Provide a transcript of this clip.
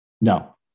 No